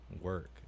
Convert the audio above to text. work